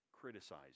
criticize